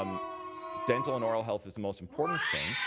um dental and oral health is the most important thing.